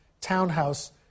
townhouse